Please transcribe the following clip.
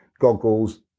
goggles